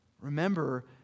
Remember